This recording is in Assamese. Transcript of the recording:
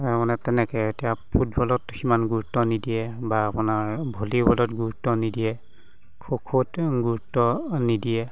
আৰু মানে তেনেকৈ এতিয়া ফুটবলত সিমান গুৰুত্ব নিদিয়ে বা আপোনাৰ ভলীবলত গুৰুত্ব নিদিয়ে খো খোত গুৰুত্ব নিদিয়ে